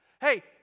hey